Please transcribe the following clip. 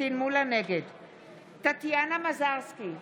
טטיאנה מזרסקי,